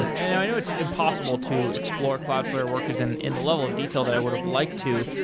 ah i know it's impossible to explore cloudflare workers and in the level of detail that i would've liked to,